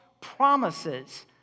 promises